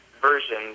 version